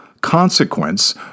consequence